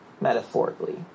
Metaphorically